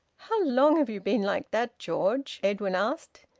how long have you been like that, george? edwin asked.